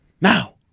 Now